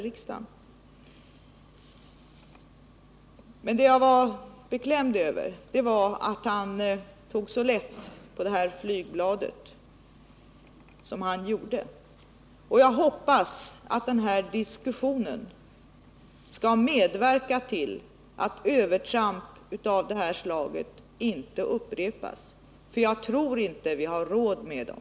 Men det jag var beklämd över var att han tog så lätt på detta flygblad som han gjorde, och jag hoppas att den här diskussionen skall medverka till att övertramp av detta slag inte upprepas, för jag tror inte att vi har råd med dem.